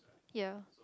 here